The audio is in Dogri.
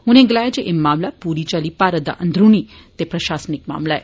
उनें गलाया जे एह मामला पूरी चाल्ली भारत दा अंदरूनी ते प्रशासनिक मामला ऐ